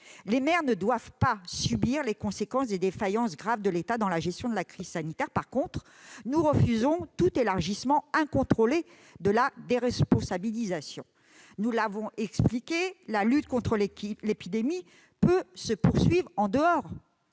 les maires ne doivent pas subir les conséquences des défaillances graves de l'État dans la gestion de la crise sanitaire. Pour autant, nous refusons tout élargissement incontrôlé de la déresponsabilisation. Nous l'avons expliqué, la lutte contre l'épidémie peut se poursuivre en dehors